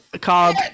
called